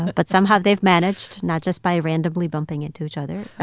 but somehow they've managed, not just by randomly bumping into each other.